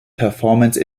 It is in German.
performance